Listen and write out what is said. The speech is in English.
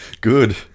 Good